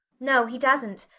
no, he doesn't.